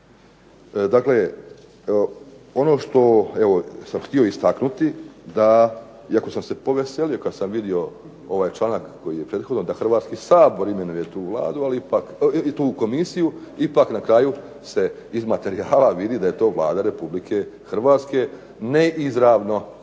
Dakle, ono što sam htio istaknuti, da, iako sam se poveselio kada sam vidio ovaj članak koji je prethodno, da Sabor imenuje tu komisiju, ipak na kraju se vidi iz materijala da je to Vlada Republike Hrvatske, ne izravno,